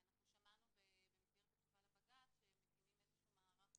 אנחנו שמענו במסגרת התשובה לבג"צ שמקימים איזה שהוא מערך